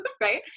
right